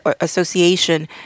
association